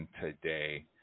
today